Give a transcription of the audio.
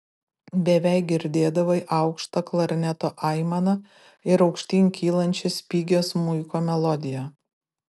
beveik girdėdavai aukštą klarneto aimaną ir aukštyn kylančią spigią smuiko melodiją